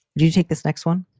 do you take this next one?